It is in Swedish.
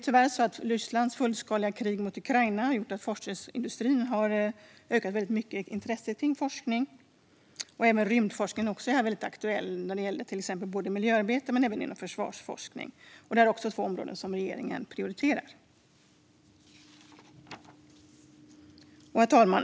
Tyvärr har Rysslands fullskaliga krig mot Ukraina gjort att intresset för forskning inom försvarsindustrin har ökat väldigt mycket. Även rymdforskningen är också väldigt aktuell. Det gäller inom miljöarbetet men även inom försvarsforskning. Det är också två områden som regeringen prioriterar. Herr talman!